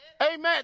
amen